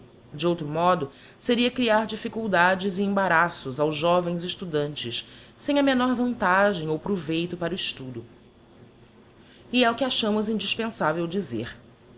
de outro modo seria crear diflbculdades e embaraços aos jovens estudantes sem a menor vantagem ou proveito para o estudo e é o que achamos indispensável dizer